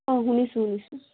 অঁ শুনিছোঁ শুনিছোঁ